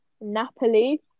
Napoli